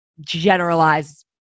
Generalize